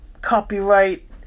copyright